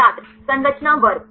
छात्र संरचना वर्ग